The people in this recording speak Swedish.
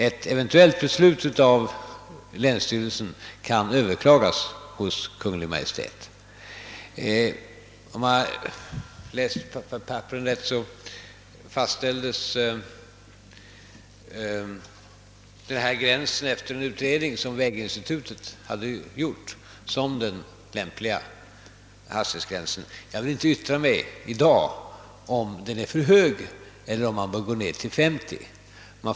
Om jag läst papperen rätt fastställdes denna hastighetsgräns på 70 km/tim. i Brandalsundskurvan efter en utredning som väginstitutet hade gjort om den lämpliga gränsen. Jag vill inte i dag yttra mig om huruvida hastigheten är för hög eller om man bör gå ned till 50 km.